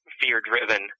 fear-driven